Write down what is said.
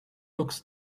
looks